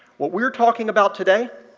what we're talking about today